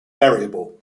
variable